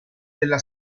della